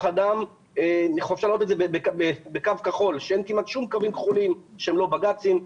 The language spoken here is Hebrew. אדם ואין כמעט שום קווים כחולים שהם לא בג"צים.